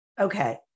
Okay